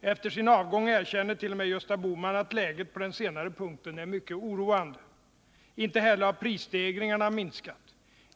Efter sin avgång erkänner t.o.m. Gösta Bohman att läget på den senare punkten är mycket oroande. Inte heller har prisstegringarna minskat.